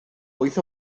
wyth